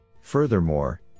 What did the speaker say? Furthermore